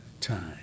time